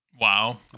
Wow